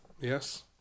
yes